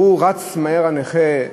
והוא רץ מהר הנכה,